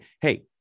hey